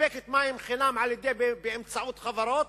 מספקת מים חינם, באמצעות חברות,